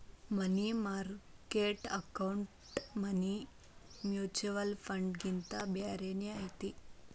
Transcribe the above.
ಮನಿ market account money mutual ಫಂಡ್ಗಿಂತ ಬ್ಯಾರೇನ ಐತಿ